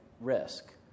risk